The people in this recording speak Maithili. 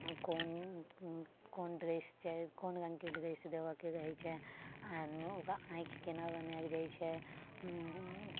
कोन कोन ड्रेस छै कोन रङ्गके ड्रेस देबऽ के रहैत छै आ ओकरा आँखि केना बनायल जाइत छै हँ